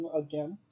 again